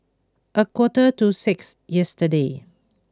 a quarter to six yesterday